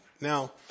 Now